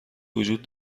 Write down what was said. وجود